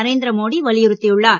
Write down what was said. நரேந்திரமோடி வலியுறுத்தியுள்ளார்